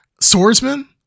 swordsman